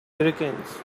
hurricanes